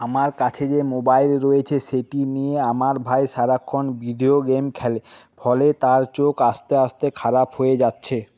আমার কাছে যে মোবাইল রয়েছে সেটি নিয়ে আমার ভাই সারাক্ষণ ভিডিও গেম খেলে ফলে তার চোখ আস্তে আস্তে খারাপ হয়ে যাচ্ছে